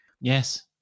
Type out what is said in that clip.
Yes